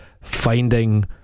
finding